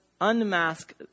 unmask